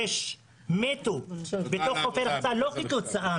שישה מתו בתוך חופי רחצה לא כתוצאה